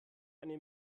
eine